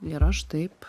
ir aš taip